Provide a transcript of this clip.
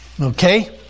Okay